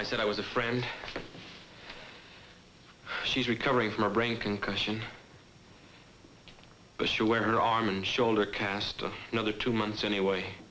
i said i was a friend she's recovering from a brain concussion but she wear her arm and shoulder cast another two months anyway